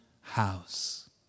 house